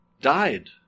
died